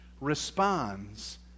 responds